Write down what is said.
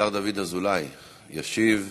השר דוד אזולאי ישיב,